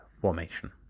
formation